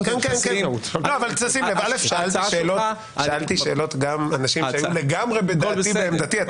שאלתי שאלות גם אנשים שהיו לגמרי בדעתי ובעמדתי.